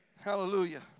Hallelujah